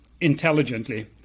intelligently